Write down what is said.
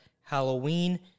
Halloween